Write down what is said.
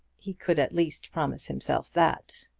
he could at least promise himself that.